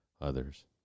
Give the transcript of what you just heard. others